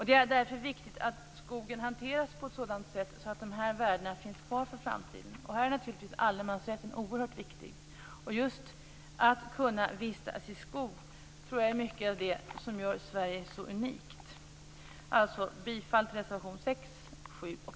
Det är därför viktigt att skogen hanteras på ett sådant sätt att de här värdena finns kvar för framtiden. Här är allemansrätten naturligtvis oerhört viktig. Mycket av det som gör Sverige så unikt tror jag består just i detta med att kunna vistas i skog. Jag yrkar alltså bifall till reservationerna 6, 7